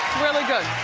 really good.